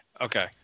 Okay